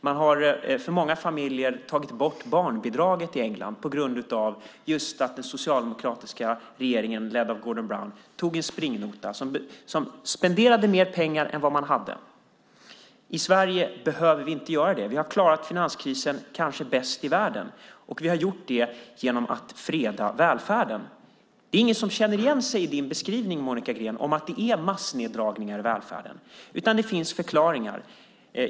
Man har tagit bort barnbidraget för många familjer på grund av att den socialdemokratiska regeringen ledd av Gordon Brown tog en springnota. Man spenderade mer pengar än man hade. I Sverige behöver vi inte göra det. Vi har klarat finanskrisen kanske bäst i världen, och vi har gjort det genom att freda välfärden. Det är ingen som känner igen sig i din beskrivning, Monica Green, om att det är massneddragningar i välfärden, utan det finns förklaringar.